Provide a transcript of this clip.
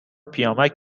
پیامک